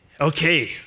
Okay